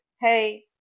hey